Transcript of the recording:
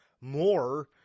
more